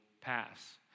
pass